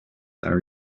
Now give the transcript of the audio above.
are